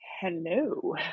Hello